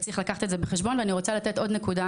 צריך לקחת את זה בחשבון ואני רוצה לתת עוד נקודה